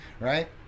right